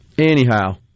Anyhow